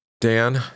Dan